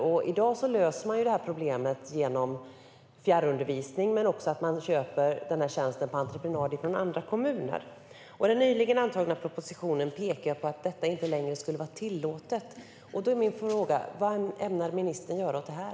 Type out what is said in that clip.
I dag löser man problemet genom fjärrundervisning men också genom att man köper tjänsterna på entreprenad från andra kommuner. Den nyligen antagna propositionen pekar på att detta inte längre skulle vara tillåtet. Då är min fråga: Vad ämnar ministern göra åt det här?